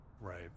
Right